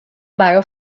برا